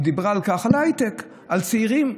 היא דיברה על ההייטק, על צעירים.